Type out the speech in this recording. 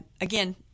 again